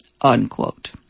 unquote